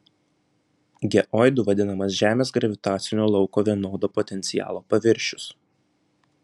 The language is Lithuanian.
geoidu vadinamas žemės gravitacinio lauko vienodo potencialo paviršius